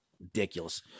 ridiculous